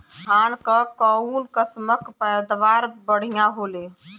धान क कऊन कसमक पैदावार बढ़िया होले?